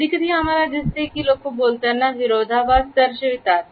कधीकधी आपल्याला दिसते कि लोक बोलताना विरोधाभास दर्शवितात